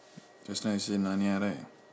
just now you say narnia right